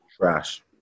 Trash